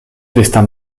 destin